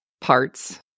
parts